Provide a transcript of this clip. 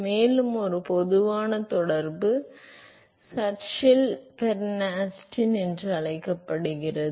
மேலும் ஒரு பொதுவான தொடர்பு சர்ச்சில் பெர்ன்ஸ்டீன் என்று அழைக்கப்படுகிறது